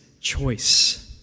choice